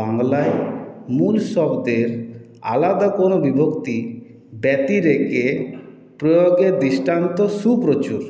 বাংলায় মূল শব্দের আলাদা কোনো বিভক্তি ব্যতিরেকে প্রয়োগের দৃষ্টান্ত সুপ্রচুর